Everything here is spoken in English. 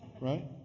Right